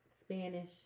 Spanish